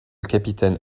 capitaine